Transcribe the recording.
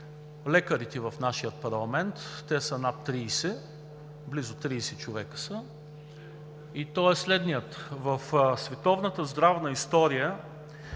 лекарите в нашия парламент – те са над 30, близо 30 човека, и той е следният: в световната здравна история